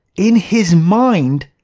in his mind,